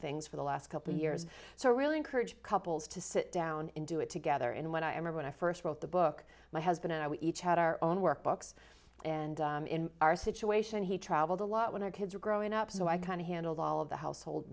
things for the last couple years so really encourage cup to sit down and do it together and when i am when i first wrote the book my husband and i we each had our own workbooks and in our situation he traveled a lot when our kids were growing up so i kind of handled all of the household